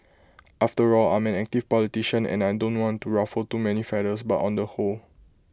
after all I'm an active politician and I don't want to ruffle too many feathers but on the whole